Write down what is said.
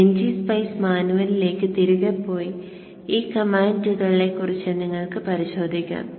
ngSpice മാനുവലിലേക്ക് തിരികെ പോയി ഈ കമാൻഡുകളെക്കുറിച്ച് നിങ്ങൾക്ക് പരിശോധിക്കാം